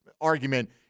argument